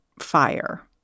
fire